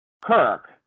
kirk